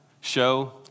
show